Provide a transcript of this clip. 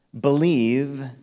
believe